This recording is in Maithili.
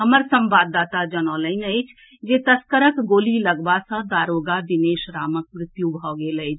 हमर संवाददाता जनौलनि अछि जे तस्करक गोली लगबा सऽ दारोगा दिनेश रामक मृत्यु भेल अछि